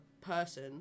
person